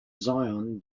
zion